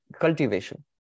cultivation